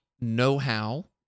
know-how